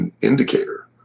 indicator